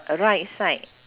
uh right side